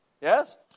Yes